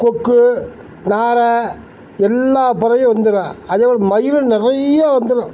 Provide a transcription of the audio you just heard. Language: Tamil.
கொக்கு நாரை எல்லாப் பறவையும் வந்துடும் அதேபோல மயில் நிறைய வந்துடும்